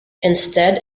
instead